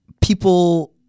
People